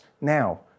now